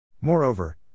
Moreover